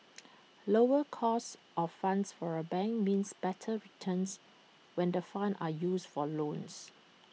lower cost of funds for A bank means better returns when the funds are used for loans